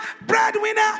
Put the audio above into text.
breadwinner